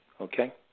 Okay